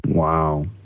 Wow